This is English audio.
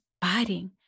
biting